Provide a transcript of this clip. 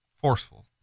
forceful